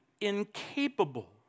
incapable